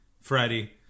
Freddie